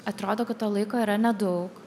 atrodo kad to laiko yra nedaug